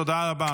תודה רבה.